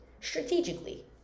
strategically